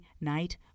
night